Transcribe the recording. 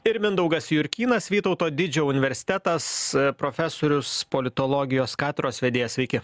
ir mindaugas jurkynas vytauto didžio universitetas profesorius politologijos katedros vedėjas sveiki